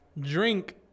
drink